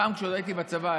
פעם, כשעוד הייתי בצבא,